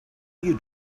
you